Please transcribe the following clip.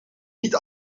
niet